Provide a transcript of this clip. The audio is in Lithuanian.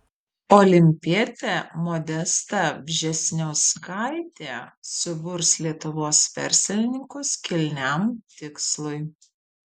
olimpietė modesta vžesniauskaitė suburs lietuvos verslininkus kilniam tikslui